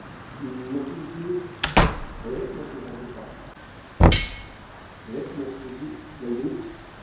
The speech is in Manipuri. ꯃꯆꯨꯁꯤ ꯔꯦꯠ ꯃꯆꯨ ꯍꯥꯏꯕ ꯅꯠꯇ꯭ꯔꯥ ꯔꯦꯠ ꯃꯆꯨꯁꯤ ꯂꯩꯒꯅꯤ